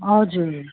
हजुर